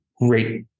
great